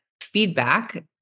feedback